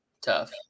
tough